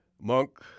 Monk